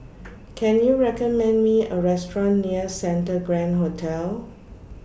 Can YOU recommend Me A Restaurant near Santa Grand Hotel